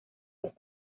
los